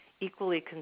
equally